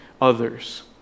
others